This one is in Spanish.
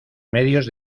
medios